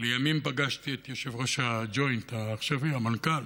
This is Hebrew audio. לימים פגשתי את יושב-ראש הג'וינט העכשווי, המנכ"ל,